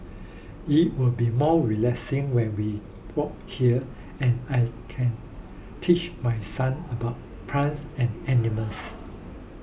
it will be more relaxing when we walk here and I can teach my son about plants and animals